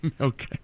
Okay